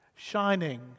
Shining